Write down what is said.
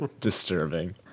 disturbing